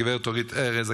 הגב' אורית ארז,